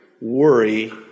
worry